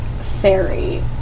fairy